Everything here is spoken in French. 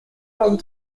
vingt